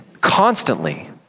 constantly